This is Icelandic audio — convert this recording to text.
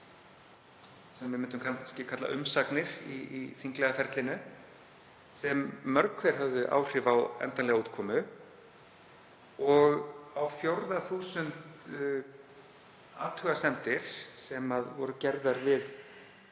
sem við myndum kannski kalla umsagnir í þinglega ferlinu, sem mörg hver höfðu áhrif á endanlega útkomu og á fjórða þúsund athugasemdir voru gerðar við